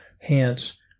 hence